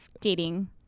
dating